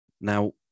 Now